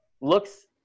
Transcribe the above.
looks